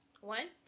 One